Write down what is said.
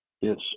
Yes